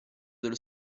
dello